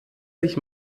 sich